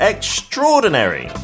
Extraordinary